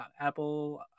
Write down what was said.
Apple